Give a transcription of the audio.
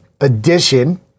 edition